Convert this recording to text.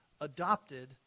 adopted